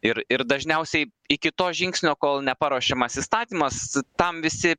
ir ir dažniausiai iki to žingsnio kol neparuošiamas įstatymas tam visi